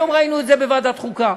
היום ראינו את זה בוועדת החוקה,